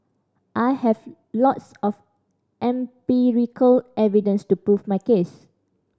I have lots of empirical evidence to prove my case